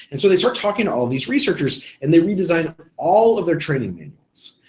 and so they start talking to all these researchers and they redesigned all of their training methods,